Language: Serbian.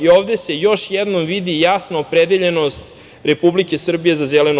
Ovde se još jednom vidi jasna opredeljenost Republike Srbije za zelenu